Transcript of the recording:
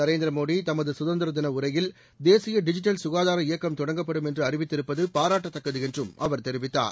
நரேந்திர மோடி தனது சுதந்திர தின உரையில் தேசிய டிஜிட்டல் சுகாதார இயக்கம் தொடங்கப்படும் என்று அறிவித்திருப்பது பாராட்டத்தக்கது என்றும் அவர் தெரிவித்தார்